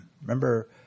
Remember